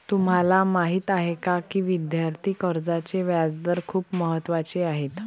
तुम्हाला माहीत आहे का की विद्यार्थी कर्जाचे व्याजदर खूप महत्त्वाचे आहेत?